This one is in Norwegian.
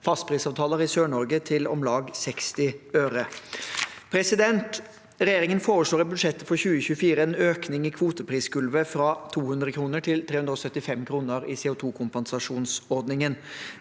fastprisavtaler i Sør-Norge til om lag 60 øre. Regjeringen foreslår i budsjettet for 2024 en økning i kvoteprisgulvet fra 200 kr til 375 kr i CO2-kompensasjonsordningen.